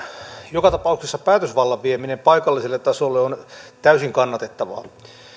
joka tapauksessa päätösvallan vieminen paikalliselle tasolle on täysin kannatettavaa